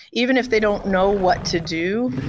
even if they don't know what to do.